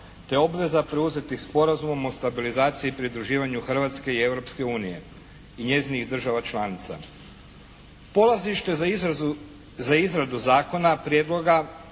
te obveza preuzetih Sporazumom o stabilizaciji i pridruživanju Hrvatske i Europske unije i njezinih država članica. Polazište za izradu zakona prijedloga